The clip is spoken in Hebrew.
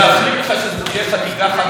מאחלים לך שזו תהיה,